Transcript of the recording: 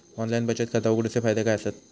Online बचत खाता उघडूचे फायदे काय आसत?